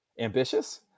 Ambitious